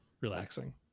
relaxing